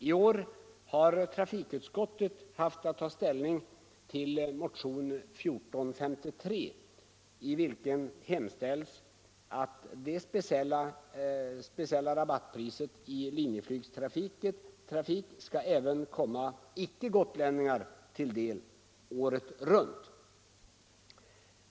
I år har trafikutskottet haft att ta ställning till motionen 1453, i vilken hemställs att ”det speciella rabattpris som f. n. gäller i Linjeflygs trafik mellan Gotland och fastlandet kommer även icke gotlänningar till del året runt”.